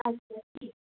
चालते की